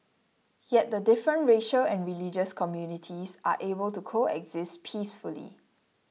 yet the different racial and religious communities are able to coexist peacefully